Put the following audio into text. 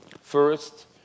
First